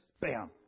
bam